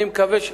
יש פיילוט,